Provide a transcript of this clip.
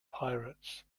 pirates